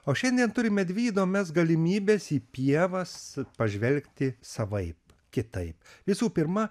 o šiandien turime dvi įdomias galimybes į pievas pažvelgti savaip kitaip visų pirma